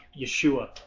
Yeshua